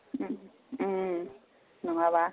उम उम नङाबा